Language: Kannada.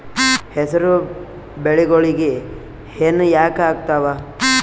ಹೆಸರು ಬೆಳಿಗೋಳಿಗಿ ಹೆನ ಯಾಕ ಆಗ್ತಾವ?